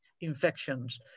infections